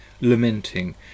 lamenting